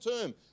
term